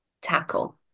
tackle